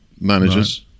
managers